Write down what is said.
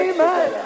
Amen